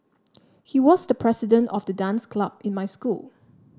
he was the president of the dance club in my school